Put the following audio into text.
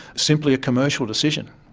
simply a commercial decision,